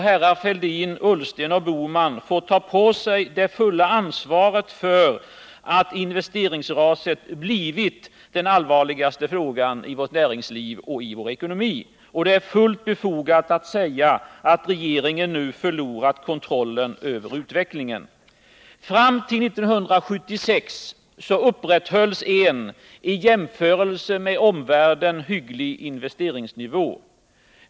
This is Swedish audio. Herrar Fälldin, Ullsten och Bohman får ta på sig det fulla ansvaret för att investeringsraset har blivit den allvarligaste frågan i vårt näringsliv och i vår ekonomi. Det är fullt befogat att säga att regeringen nu förlorat kontrollen över utvecklingen. Fram till år 1976 upprätthölls en i jämförelse med omvärlden hygglig investeringsnivå.